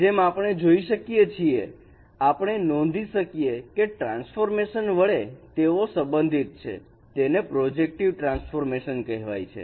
જેમ આપણે જોઈ શકીએ છીએ આપણે નોંધી શકીએ કે ટ્રાન્સફોર્મેશન વડે તેઓ સંબંધિત છે તેને પ્રોજેક્ટિવ ટ્રાન્સફોર્મેશન કહેવાય છે